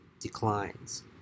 declines